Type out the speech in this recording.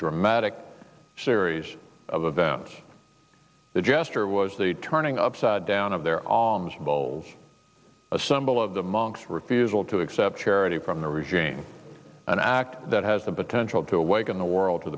dramatic series of events the gesture was the turning upside down of their arms bowls a symbol of the monk's refusal to accept charity from the regime an act that has the potential to awaken the world to